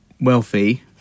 wealthy